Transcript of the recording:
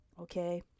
Okay